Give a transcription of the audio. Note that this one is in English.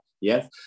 yes